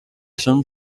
són